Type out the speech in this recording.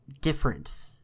different